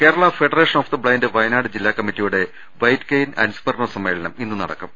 Kerala federation of the blind Wayanad ജില്ലാ കമ്മ റ്റിയുടെ വൈറ്റ് കെയ്ൻ അനുസ്മരണ സമ്മേളനം ഇന്ന് നടത്തും